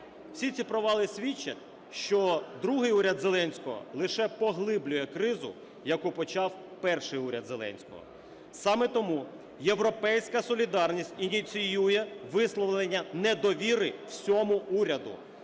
Всі ці провали свідчать, що другий уряд Зеленського лише поглиблює кризу, яку почав перший уряд Зеленського. Саме тому "Європейська солідарність" ініціює висловлення недовіри всьому уряду.